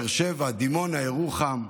באר שבע, דימונה, ירוחם,